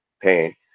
pain